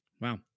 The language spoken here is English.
Wow